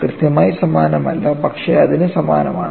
കൃത്യമായി സമാനമല്ല പക്ഷേ അതിന് സമാനമാണ്